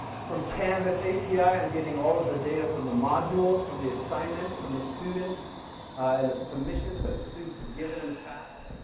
from canvas api i'm getting all of the data from the module, from the assignment, from the students and the submissions that the students have given in the past.